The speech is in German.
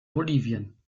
bolivien